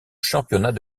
championnat